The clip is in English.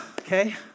okay